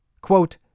Quote